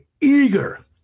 eager